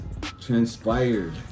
transpired